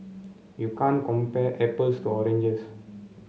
you can't compare apples to oranges